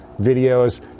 videos